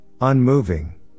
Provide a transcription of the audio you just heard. unmoving